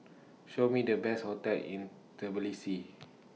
Show Me The Best hotels in Tbilisi